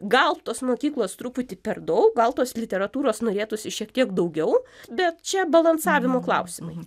gal tos mokyklos truputį per daug gal tos literatūros norėtųsi šiek tiek daugiau bet čia balansavimo klausimai